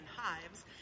hives